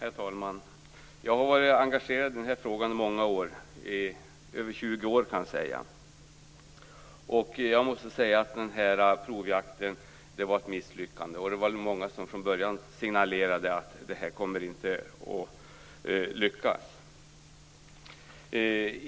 Herr talman! Jag har varit engagerad i den här frågan i många år, i över 20 år kan jag säga. Den här provjakten var ett misslyckande. Det var många som från början signalerade att det inte skulle lyckas.